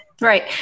right